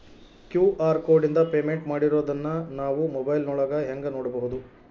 QR ಕೋಡಿಂದ payment ಮಾಡಿರೋದನ್ನ ನಾವು ಮೊಬೈಲಿನೊಳಗ ಹೆಂಗ ನೋಡಬಹುದು?